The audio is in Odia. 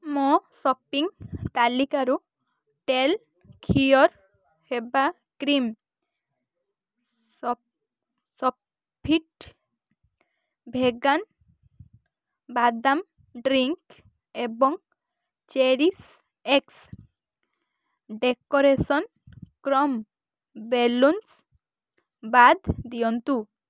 ମୋ ସପିଙ୍ଗ୍ ତାଲିକାରୁ ଟେଲ୍ ଖିଅର୍ ହେବା କ୍ରିମ୍ ସୋଫିଟ୍ ଭେଗାନ୍ ବାଦାମ୍ ଡ଼୍ରିଙ୍କ୍ ଏବଂ ଚେରିସ୍ ଏକ୍ସ୍ ଡ଼େକୋରେସନ୍ କ୍ରମ୍ ବେଲୁନ୍ସ୍ ବାଦ୍ ଦିଅନ୍ତୁ